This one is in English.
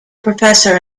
professor